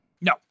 No